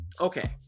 Okay